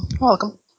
Welcome